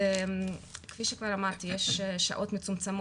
כפי שכבר אמרתי יש סל שעות מצומצם